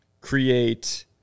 create